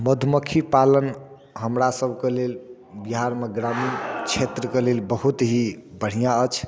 मधुमक्खी पालन हमरा सभके लेल बिहारमे ग्रामीण क्षेत्रके लेल बहुत ही बढ़िआँ अछि